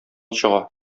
чыга